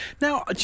Now